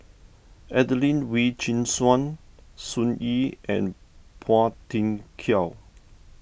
Adelene Wee Chin Suan Sun Yee and Phua Thin Kiay